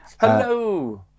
Hello